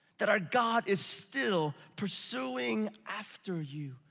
that our god is still pursuing after you.